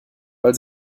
weil